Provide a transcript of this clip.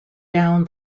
down